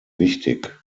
wichtig